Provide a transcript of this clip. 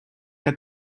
que